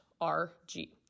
RG